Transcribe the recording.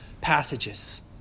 passages